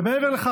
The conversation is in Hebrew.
ומעבר לכך,